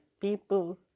people